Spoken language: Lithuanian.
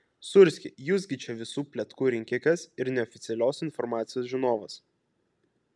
sūrski jūs gi čia visų pletkų rinkikas ir neoficialios informacijos žinovas